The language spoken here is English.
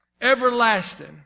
everlasting